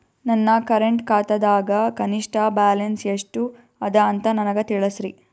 ನನ್ನ ಕರೆಂಟ್ ಖಾತಾದಾಗ ಕನಿಷ್ಠ ಬ್ಯಾಲೆನ್ಸ್ ಎಷ್ಟು ಅದ ಅಂತ ನನಗ ತಿಳಸ್ರಿ